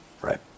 Right